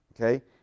okay